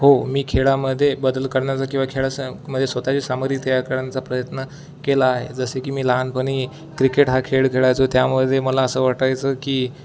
हो मी खेळामध्येे बदल करण्या्याचा किंवा खेळा स मध्ये स्वतःची सामग्री तयार करण्याचा प्रयत्न केला आहे जसे की मी लहानपणी क्रिकेट हा खेळ खेळायचो त्यामध्ये मला असं वाटायचं की